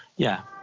yeah.